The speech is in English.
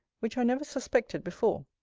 which i never suspected before.